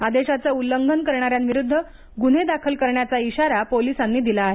आदेशाचं उल्लंघन करणाऱ्यांविरुद्ध गुन्हे दाखल करण्याचा इशारा पोलिसांनी दिला आहे